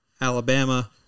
Alabama